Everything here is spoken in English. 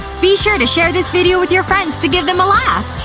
be sure to share this video with your friends to give them a laugh!